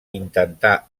intentar